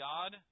God